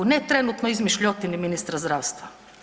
Ne trenutno izmišljotini ministra zdravstva.